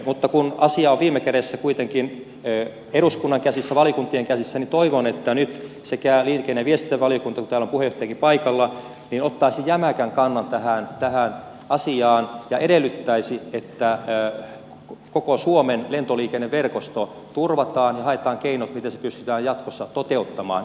mutta kun asia on viime kädessä kuitenkin eduskunnan käsissä valiokuntien käsissä niin toivon että nyt liikenne ja viestintävaliokunta kun täällä on puheenjohtajakin paikalla ottaisi jämäkän kannan tähän asiaan ja edellyttäisi että koko suomen lentoliikenneverkosto turvataan ja haetaan keinot miten se pystytään jatkossa toteuttamaan